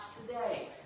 today